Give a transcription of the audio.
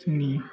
जोंनि